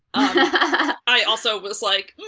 i also was like, yeah